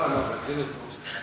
לא לא, ברצינות.